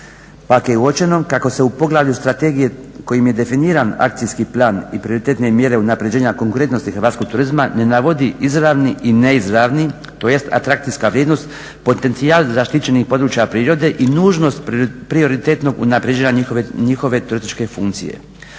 pa je uočeno kako se u poglavlju strategije kojim je definiran akcijski plan i prioritetne mjere unapređenja konkurentnosti hrvatskog turizma ne navodi izravni i neizravni, tj. atrakcijska vrijednost potencijal zaštićenih područja prirode i nužnost prioritetnog unapređenja njihove turističke funkcije.